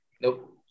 Nope